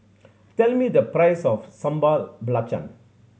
tell me the price of Sambal Belacan